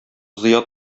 зыя